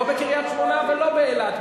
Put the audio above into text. לא בקריית-שמונה ולא באילת,